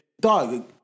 dog